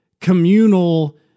communal